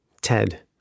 Ted